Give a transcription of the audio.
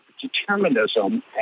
determinism